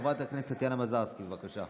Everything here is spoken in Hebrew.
חברת הכנסת טטיאנה מזרסקי, בבקשה.